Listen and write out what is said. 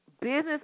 Business